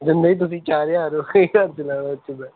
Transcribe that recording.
ਦਿੰਦੇ ਹੀ ਤੁਸੀਂ ਚਾਰ ਹਜ਼ਾਰ ਹੋ ਓਹੀ ਖਰਚਦਾ ਮੈਂ